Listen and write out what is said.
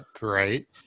right